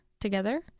together